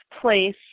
place